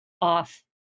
off